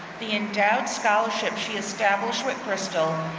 the endowed scholarship she established with bristol,